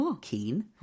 Keen